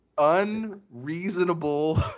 Unreasonable